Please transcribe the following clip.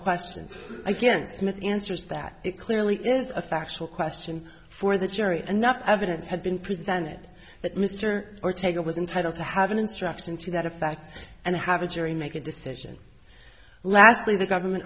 question against smith answers that it clearly is a factual question for the jury enough evidence had been presented that mr ortega was entitle to have an instruction to that effect and have a jury make a decision lastly the government